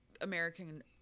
American